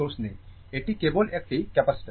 এটি কেবল একটি ক্যাপাসিটার